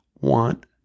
want